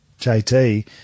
JT